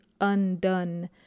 undone